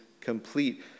complete